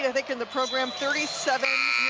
i think in the program, thirty seven